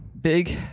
Big